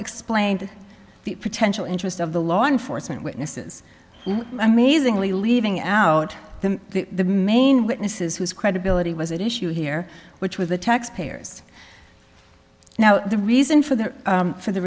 explained the potential interest of the law enforcement witnesses amazingly leaving out the the main witnesses whose credibility was an issue here which with the taxpayers now the reason for the for the